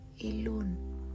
alone